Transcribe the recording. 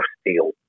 steel